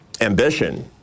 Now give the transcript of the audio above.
ambition